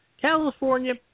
California